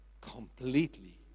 completely